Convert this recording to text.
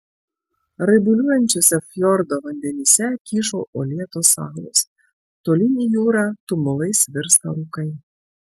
raibuliuojančiuose fjordo vandenyse kyšo uolėtos salos tolyn į jūrą tumulais virsta rūkai